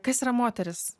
kas yra moteris